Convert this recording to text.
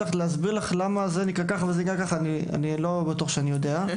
להסביר לך למה זה נקרא כך ולמה זה נקרא כך אני לא בטוח שאני יודע.